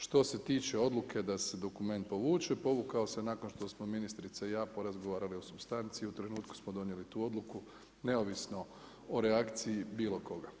Što se tiče odluke, da se dokument povuče, povukao se nakon što smo ministrica i ja porazgovarali o supstanci, u trenutku smo donijeli tu odluku, neovisno o reakciji bilo koga.